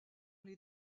les